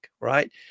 right